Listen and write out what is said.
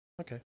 Okay